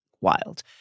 wild